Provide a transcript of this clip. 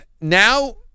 now